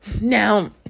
Now